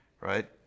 Right